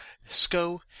SCO